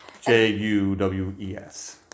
J-U-W-E-S